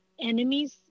enemies